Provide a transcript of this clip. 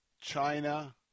China